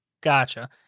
Gotcha